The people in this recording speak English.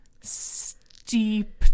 steep